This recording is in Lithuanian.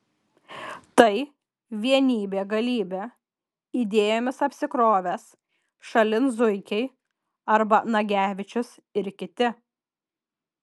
tai vienybė galybė idėjomis apsikrovęs šalin zuikiai arba nagevičius ir kiti